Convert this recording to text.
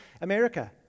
America